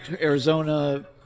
Arizona